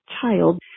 child